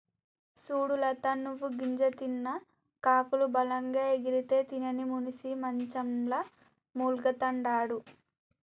సూడు లత నువ్వు గింజ తిన్న కాకులు బలంగా ఎగిరితే తినని మనిసి మంచంల మూల్గతండాడు